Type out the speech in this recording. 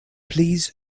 please